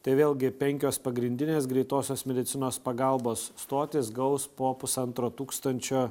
tai vėlgi penkios pagrindinės greitosios medicinos pagalbos stotys gaus po pusantro tūkstančio